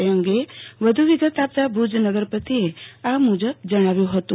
ત અંગે વધુ વિગત આપતા ભુજ નગરપતિએ આ મજબ જણાવ્યું હતું